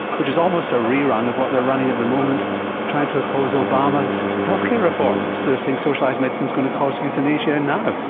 which is almost a re-run of what they're running at the moment trying to oppose obama's health care reforms, they are saying socialised medicine is going to cause euthanasia now.